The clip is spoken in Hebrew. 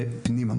ופנימה.